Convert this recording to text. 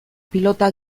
pilota